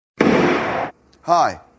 Hi